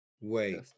Wait